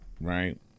right